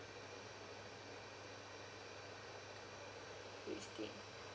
christine